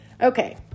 Okay